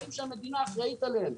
דיירים שהמדינה אחראית עליהם.